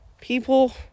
People